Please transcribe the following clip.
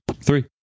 Three